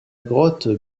grotte